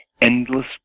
endless